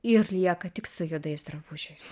ir lieka tik su juodais drabužiais